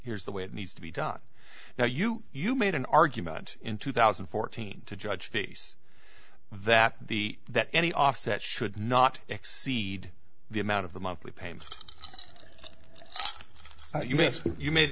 here's the way it needs to be done now you you made an argument in two thousand and fourteen to judge face that the that any offset should not exceed the amount of the monthly payments that you missed that you made